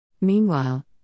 Meanwhile